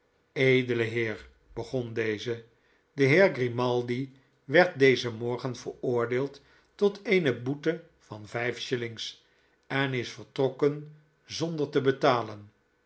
edele heer begon deze de heer grimaldi werd dezen morgen veroordeeld tot eene boete van vijf shillings en is vertrokken zonder te betalen